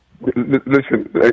Listen